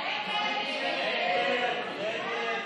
ההסתייגות (108) של קבוצת סיעת הליכוד,